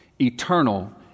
eternal